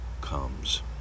comes